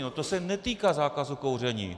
No to se netýká zákazu kouření.